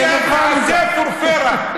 הקואליציה תעשה פורפרה.